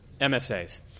MSAs